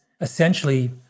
essentially